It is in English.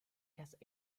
has